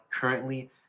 currently